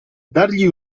dargli